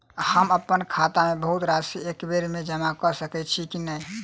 हम अप्पन खाता मे बहुत राशि एकबेर मे जमा कऽ सकैत छी की नै?